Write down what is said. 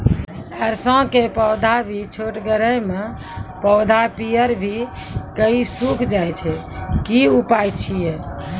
सरसों के पौधा भी छोटगरे मे पौधा पीयर भो कऽ सूख जाय छै, की उपाय छियै?